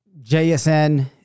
JSN